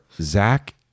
Zach